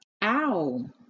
ow